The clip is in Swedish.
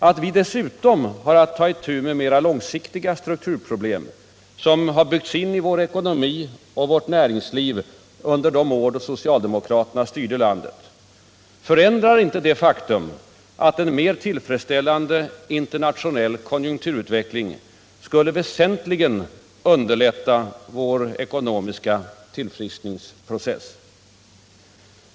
Att vi dessutom har att ta itu med mera långsiktiga strukturproblem, som har byggts in i vår ekonomi och vårt näringsliv under de år då socialdemokraterna styrde landet, förändrar inte det faktum att en mer tillfredsställande internationell konjunkturutveckling skulle väsentligen underlätta vår ekonomiska tillfriskningsprocess.